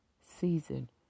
season